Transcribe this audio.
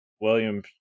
William